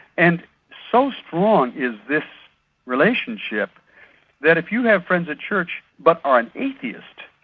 and so strong is this relationship that if you have friends at church but are an atheist.